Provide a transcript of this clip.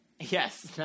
Yes